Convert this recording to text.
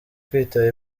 kwitaba